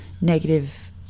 negative